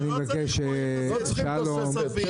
סגן שר החקלאות ופיתוח הכפר משה אבוטבול: אני מבקש שלום,